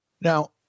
Now